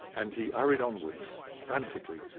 and he hurried onwards frantically,